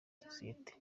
sosiyete